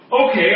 Okay